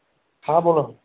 हा बोला